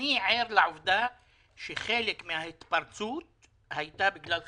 אני ער לעובדה שחלק מן ההתפרצות הייתה בגלל חתונות,